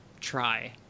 try